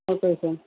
okay sir